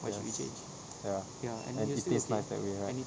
yes ya and it tastes nice that we have